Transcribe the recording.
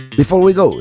before we go,